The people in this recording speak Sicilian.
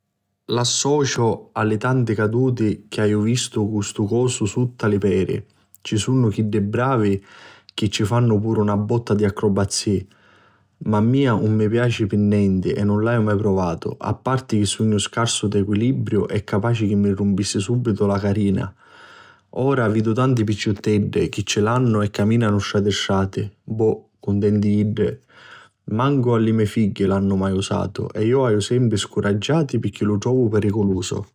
L'associu a li tanti caduti chi haiu vistu cu stu cosa sutta li peri. Ci sunnu chiddi bravi chi ci fannu puru na botta di acrubazii ma a mia nun piaci pi nenti e nun l'haiu mai pruvatu, a parti chi sugnu scarsu d'equilibriu e capaci chi mi rumpissi subitu la carina. Ora vidu tanti picciutteddi chi ci l'hannu e ci caminanu strati strati, bo, cuntenti iddi. Mancu li mei figghi l'hannu mai usatu e iu l'haiu sempri scuraggiati pirchì lu trovu piriculusu.